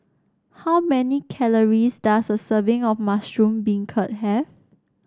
how many calories does a serving of Mushroom Beancurd have